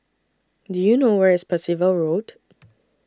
Do YOU know Where IS Percival Road